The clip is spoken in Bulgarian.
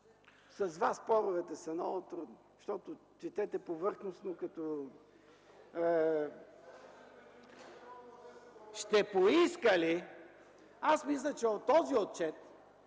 С Вас споровете са много трудни, защото четете повърхностно като... Ще поиска ли... Аз мисля, че от този отчет,